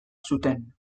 zuten